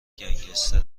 گنگستر